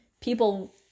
people